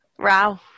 Wow